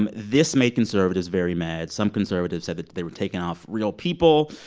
um this made conservatives very mad. some conservatives said that they were taking off real people.